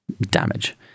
damage